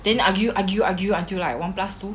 then argue argue argue until like one plus two